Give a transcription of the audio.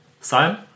Sam